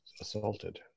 assaulted